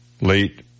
late